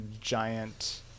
giant